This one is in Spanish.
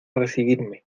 recibirme